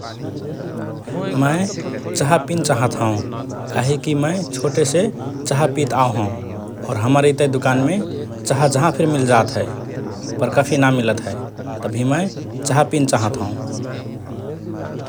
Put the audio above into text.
मए चहा पिन चाह हओं । काहेकि मए छोटेसे चहा पित आओ हओं और हमर इतए दुकानमे चहा जहाँ फिर मिल्जात हए पर कफी ना मिलत हए । तभि मए चहा पिन चाहत हओं ।